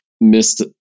missed